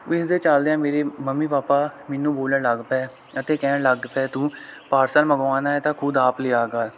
ਇਸਦੇ ਚਲਦਿਆਂ ਮੇਰੇ ਮੰਮੀ ਪਾਪਾ ਮੈਨੂੰ ਬੋਲਣ ਲੱਗ ਪਏ ਅਤੇ ਕਹਿਣ ਲੱਗ ਪਏ ਤੂੰ ਪਾਰਸਲ ਮੰਗਵਾਉਣਾ ਹੈ ਤਾਂ ਖੁਦ ਆਪ ਲਿਆ ਕਰ